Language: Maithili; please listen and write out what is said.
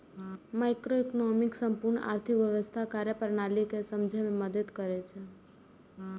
माइक्रोइकोनोमिक्स संपूर्ण आर्थिक व्यवस्थाक कार्यप्रणाली कें समझै मे मदति करै छै